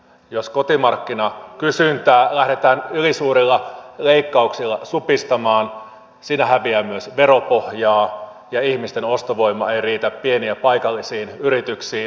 jos kotimarkkinakysyntää lähdetään ylisuurilla leikkauksilla supistamaan siinä häviää myös veropohjaa ja ihmisten ostovoima ei riitä pieniin ja paikallisiin yrityksiin